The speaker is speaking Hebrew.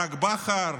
ברק בכר.